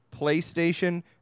PlayStation